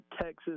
Texas